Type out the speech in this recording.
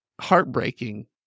heartbreaking